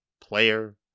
player